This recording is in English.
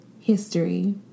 history